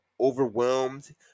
overwhelmed